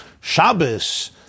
Shabbos